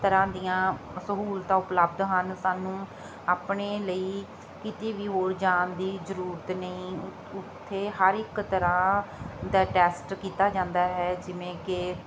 ਤਰ੍ਹਾਂ ਦੀਆਂ ਸਹੂਲਤਾਂ ਉਪਲਬਧ ਹਨ ਸਾਨੂੰ ਆਪਣੇ ਲਈ ਕਿਤੇ ਵੀ ਹੋਰ ਜਾਣ ਦੀ ਜ਼ਰੂਰਤ ਨਹੀਂ ਉੱਥੇ ਹਰ ਇੱਕ ਤਰ੍ਹਾਂ ਦਾ ਟੈਸਟ ਕੀਤਾ ਜਾਂਦਾ ਹੈ ਜਿਵੇਂ ਕਿ